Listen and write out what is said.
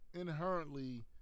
inherently